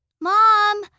Mom